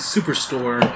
Superstore